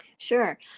Sure